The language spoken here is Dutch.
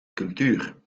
cultuur